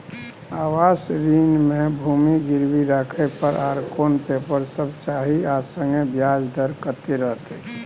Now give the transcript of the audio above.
आवास ऋण म भूमि गिरवी राखै पर आर कोन पेपर सब चाही आ संगे ब्याज दर कत्ते रहते?